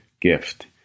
gift